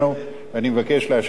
ואני מבקש לאשר את החוק